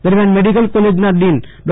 દરમિયાન મેડિકલ કોલેજના ડીન ડો